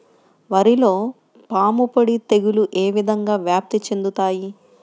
వరిలో పాముపొడ తెగులు ఏ విధంగా వ్యాప్తి చెందుతాయి?